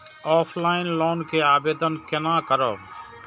Offline loan के आवेदन केना करब?